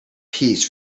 piece